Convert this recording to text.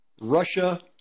Russia